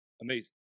Amazing